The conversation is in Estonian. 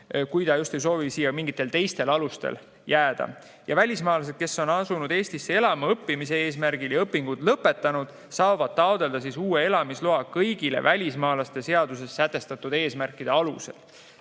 kui ta just ei soovi siia mingitel teistel alustel jääda. Välismaalased, kes on asunud Eestis elama õppimise eesmärgil ja õpingud lõpetanud, saavad taotleda uue elamisloa kõigi välismaalaste seaduses sätestatud eesmärkide alusel.